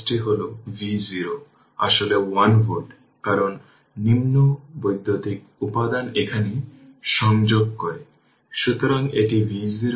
এটিও সেই সার্কিটে চিহ্নিত করা হয়েছে এটি 8 অ্যাম্পিয়ার এবং এটি 4 অ্যাম্পিয়ার